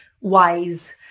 wise